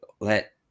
Let